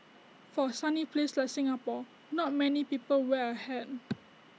for A sunny place like Singapore not many people wear A hat